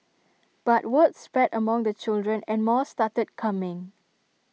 but word spread among the children and more started coming